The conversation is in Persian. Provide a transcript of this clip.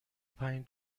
پنج